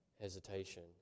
hesitation